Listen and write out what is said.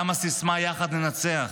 גם הסיסמה "יחד ננצח"